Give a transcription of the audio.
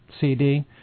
CD